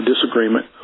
disagreement